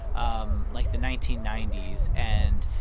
um like, the nineteen ninety s and,